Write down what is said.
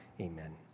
amen